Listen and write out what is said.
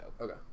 Okay